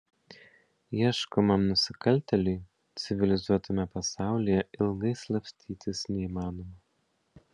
ieškomam nusikaltėliui civilizuotame pasaulyje ilgai slapstytis neįmanoma